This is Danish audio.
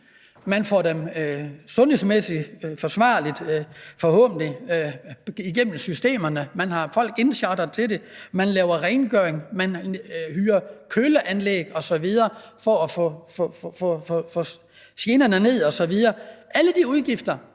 Man får dem sundhedsmæssigt forsvarligt – forhåbentlig – igennem systemerne; man har folk indchartret til det. Man laver rengøring, man lejer køleanlæg osv. for at få generne nedbragt. Alle de udgifter